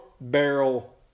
barrel